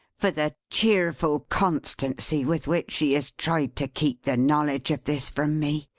for the cheerful constancy with which she has tried to keep the knowledge of this from me!